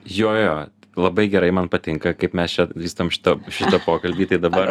jo jo labai gerai man patinka kaip mes čia vystom šitą šitą pokalbį tai dabar